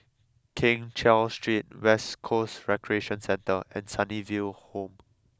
Keng Cheow Street West Coast Recreation Centre and Sunnyville Home